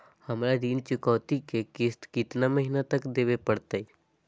हमरा ऋण चुकौती के किस्त कितना महीना तक देवे पड़तई?